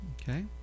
okay